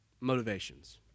motivations